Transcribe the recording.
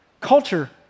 Culture